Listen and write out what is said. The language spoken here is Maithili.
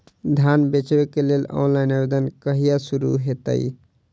धान बेचै केँ लेल ऑनलाइन आवेदन कहिया शुरू हेतइ?